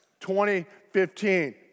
2015